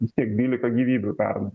vis tiek dvylika gyvybių pernai